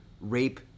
rape